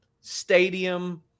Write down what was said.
stadium